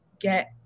get